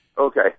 Okay